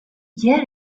get